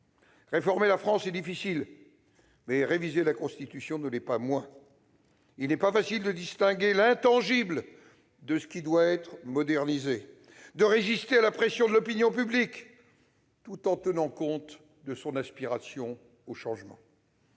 Réformer la France est difficile, mais réviser la Constitution ne l'est pas moins. Il n'est pas facile de distinguer entre l'intangible et ce qui doit être modernisé ni de résister à la pression de l'opinion publique tout en tenant compte de son aspiration au changement.